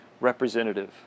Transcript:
Representative